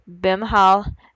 Bimhal